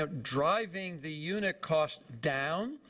ah driving the unit cost down.